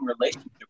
relationship